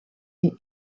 the